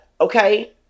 okay